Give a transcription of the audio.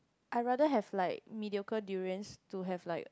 I rather have like mediocre durians to have like